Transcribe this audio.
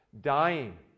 Dying